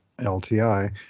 LTI